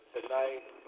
Tonight